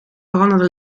veranderde